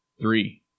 Three